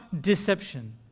deception